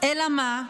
אלא מה?